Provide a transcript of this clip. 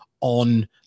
on